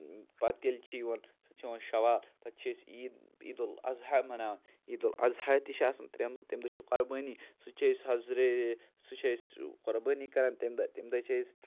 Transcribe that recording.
پَتہٕ ییٚلہِ چھِ یِوان پَتہٕ چھِ یِوان شوال پَتہٕ چھِ أسۍ عید عیدالاضحیٰ مَناوان عیدالاضحیٰ تہِ چھِ آسان ترٛٮ۪ن دۄہَن تمہِ دۄہ چھِ قۄربٲنی سُہ تہِ چھِ أسۍ سُہ چھِ أسۍ قۄربٲنی کَران تمہِ دۄہ تمہِ دۄہ چھِ أسۍ